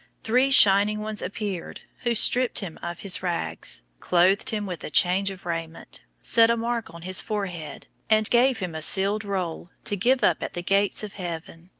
three shining ones appeared, who stripped him of his rags, clothed him with a change of raiment, set a mark on his forehead, and gave him a sealed roll to give up at the gates of heaven.